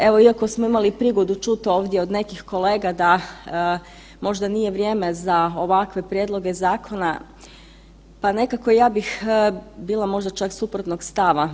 Evo iako smo imali prigodu čuti ovdje od nekih kolega da možda nije vrijeme za ovakve prijedloga zakona, pa nekako ja bih bila možda čak suprotnog stava.